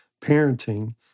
Parenting